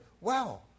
Wow